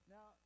Now